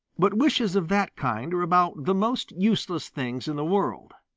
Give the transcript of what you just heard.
but wishes of that kind are about the most useless things in the world.